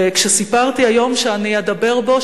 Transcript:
כשסיפרתי היום שאני אדבר בו,